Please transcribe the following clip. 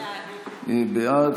בעד.